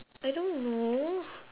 I don't know